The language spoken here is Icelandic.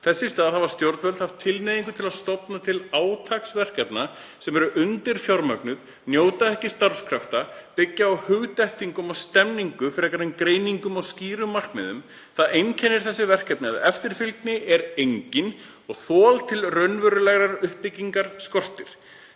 Þess í stað hafa stjórnvöld haft tilhneigingu til að stofna til átaksverkefna sem eru undirfjármögnuð, njóta ekki starfskrafta og byggja á hugdettum og stemningu fremur en greiningum og skýrum markmiðum. Það einkennir þessi verkefni að eftirfylgni er engin og þol til raunverulegrar uppbyggingar skortir.